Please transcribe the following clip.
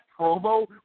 promo